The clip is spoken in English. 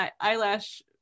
eyelash